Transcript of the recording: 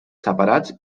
separats